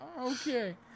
Okay